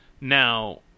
Now